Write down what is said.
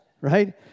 right